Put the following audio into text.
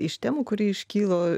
iš temų kuri iškylo